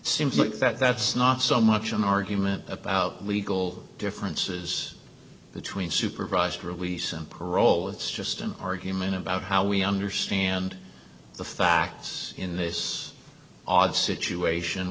simply that that's not so much an argument about legal differences between supervised release and parole it's just an argument about how we understand the facts in this odd situation